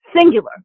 singular